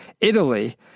Italy